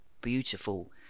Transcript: beautiful